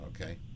okay